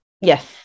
Yes